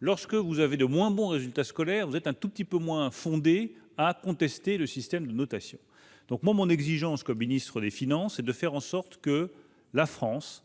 lorsque vous avez de moins bons résultats scolaires, vous êtes un tout petit peu moins fondé à contester le système de notation donc moi mon exigence comme ministre des Finances et de faire en sorte que la France